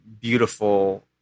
beautiful